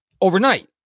overnight